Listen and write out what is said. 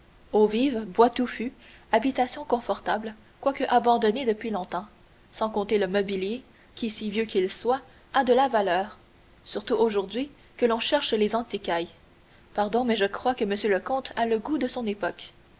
eaux vives bois touffus habitation confortable quoique abandonnée depuis longtemps sans compter le mobilier qui si vieux qu'il soit a de la valeur surtout aujourd'hui que l'on recherche les antiquailles pardon mais je crois que monsieur le comte a le goût de son époque